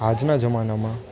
આજના જમાનામાં